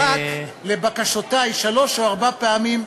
רק לבקשותי לפגישות אתי, שלוש או ארבע פעמים,